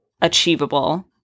achievable